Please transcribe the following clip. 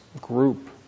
group